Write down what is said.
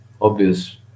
obvious